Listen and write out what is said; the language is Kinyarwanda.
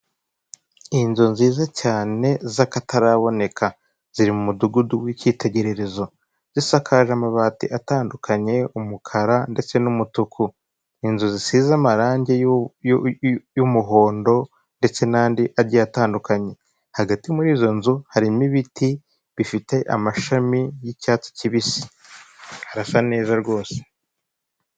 Kigali Kibagabaga hari inzu ikodeshwa ifite ibyumba bitanu. Ikodeshwa mu madolari magana abiri na mirongo ine, mu gihe kingana n'ukwezi kumwe konyine.